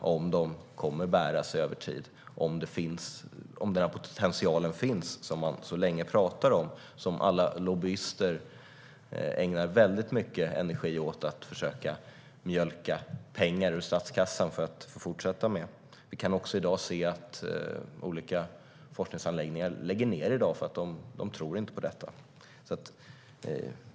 Kommer de att bära sig över tid? Finns den potential som man pratat om så länge och som alla lobbyister ägnar mycket energi åt att mjölka pengar ur statskassan för så att de kan fortsätta? I dag ser vi att olika forskningsanläggningar lägger ned för att man inte tror på detta.